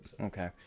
Okay